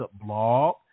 blog